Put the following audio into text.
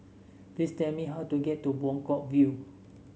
please tell me how to get to Buangkok View